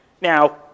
Now